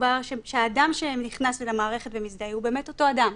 שהאדם שנכנס למערכת ומזדהה הוא באמת אותו אדם.